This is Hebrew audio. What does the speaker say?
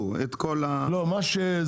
לא עברה.